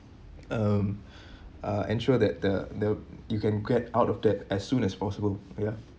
um uh ensure that the the you can get out of there as soon as possible ya